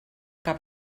que